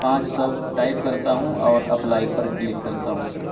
پانچ سو ٹائپ کرتا ہوں اور اپلائی پر کلک کرتا ہوں